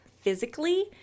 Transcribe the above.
physically